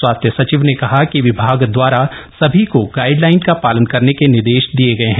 स्वास्थ्य सचिव ने कहा कि विभाग दवारा सभी को गाइडलाइन का पालन करने के निर्देश दिए गए हैं